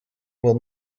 will